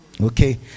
okay